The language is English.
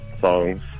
songs